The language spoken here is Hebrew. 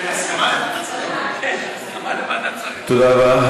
תודה רבה.